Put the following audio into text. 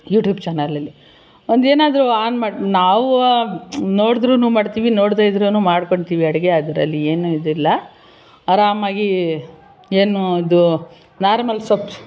YouTube ಚಾನಲಲ್ಲಿ ಒಂದು ಏನಾದರೂ ಆನ್ ಮಾಡಿ ನಾವು ನೋಡುದ್ರು ಮಾಡ್ತೀವಿ ನೋಡದೆ ಇದ್ರೂ ಮಾಡ್ಕೊತೀವಿ ಅಡುಗೆ ಅದರಲ್ಲಿ ಏನೂ ಇದಿಲ್ಲ ಆರಾಮಾಗಿ ಏನು ಇದು ನಾರ್ಮಲ್ ಸೊಪ್ಪು